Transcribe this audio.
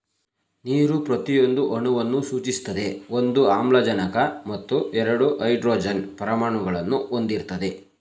ನೀರು ಪ್ರತಿಯೊಂದು ಅಣುವನ್ನು ಸೂಚಿಸ್ತದೆ ಒಂದು ಆಮ್ಲಜನಕ ಮತ್ತು ಎರಡು ಹೈಡ್ರೋಜನ್ ಪರಮಾಣುಗಳನ್ನು ಹೊಂದಿರ್ತದೆ